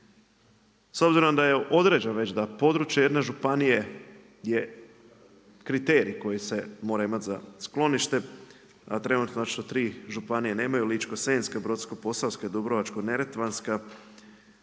S obzirom da je određeno već da područje jedne županije je kriterij koji se mora imati za sklonište, a trenutačno ti županije nemaju Ličko-senjska, Brodsko-posavska, Dubrovačko-neretvanska